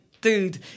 Dude